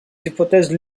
hypothèses